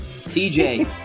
CJ